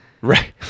right